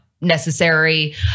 necessary